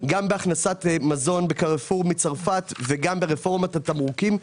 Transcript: גם בהכנסת מזון --- מצרפת וגם ברפורמת התמרוקים.